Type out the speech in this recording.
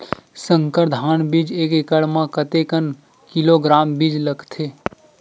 संकर धान बीज एक एकड़ म कतेक किलोग्राम बीज लगथे?